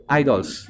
idols